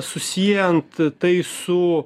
susiejant tai su